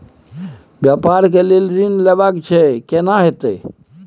व्यापार के लेल ऋण लेबा छै केना होतै?